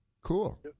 cool